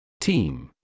Team